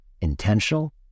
intentional